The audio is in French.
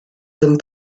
hommes